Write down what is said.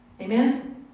Amen